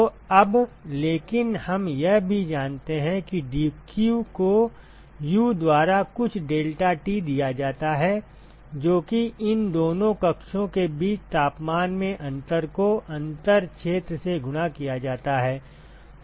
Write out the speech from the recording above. तो अब लेकिन हम यह भी जानते हैं कि dq को U द्वारा कुछ डेल्टाT दिया जाता है जो कि इन दोनों कक्षों के बीच तापमान में अंतर को अंतर क्षेत्र से गुणा किया जाता है